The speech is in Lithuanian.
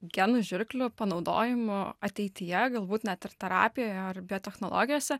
genų žirklių panaudojimu ateityje galbūt net ir terapijoje ar biotechnologijose